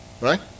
Right